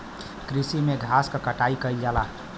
कृषि में घास क कटाई कइल जाला